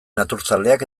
naturzaleak